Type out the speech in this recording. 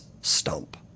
stump